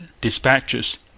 dispatches